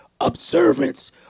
observance